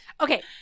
Okay